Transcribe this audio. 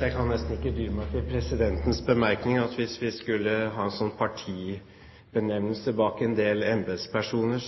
Jeg kan nesten ikke dy meg for å kommentere presidentens bemerkning. Hvis vi skulle ha en slik partibenevnelse bak en del embetspersoner,